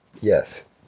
Yes